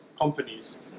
companies